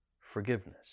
forgiveness